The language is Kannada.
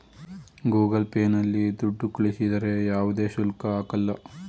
ಗೂಗಲ್ ಪೇ ನಲ್ಲಿ ದುಡ್ಡು ಕಳಿಸಿದರೆ ಯಾವುದೇ ಶುಲ್ಕ ಹಾಕಲ್ಲ